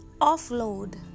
offload